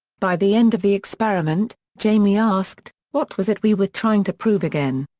by the end of the experiment, jamie asked, what was it we were trying to prove again?